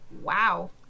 Wow